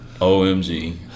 OMG